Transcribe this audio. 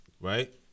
right